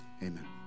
amen